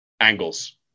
angles